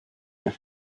nhw